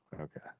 Okay